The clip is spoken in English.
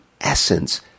essence